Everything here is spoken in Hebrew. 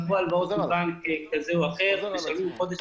לקחו הלוואות ומשלמים חודש בחודשו.